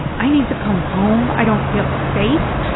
i need to come home, i don't feel safe,